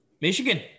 Michigan